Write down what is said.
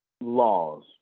laws